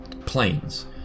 planes